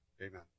Amen